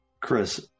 Chris